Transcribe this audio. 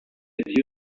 had